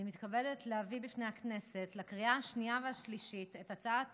אני מתכבדת להביא בפני הכנסת לקריאה השנייה והשלישית את הצעת